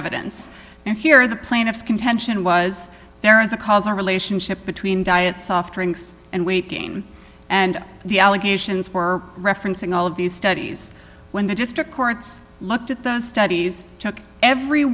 evidence and here the plaintiffs contention was there is a causal relationship between diet soft drinks and weight gain and the allegations were referencing all of these studies when the district courts looked at those studies took every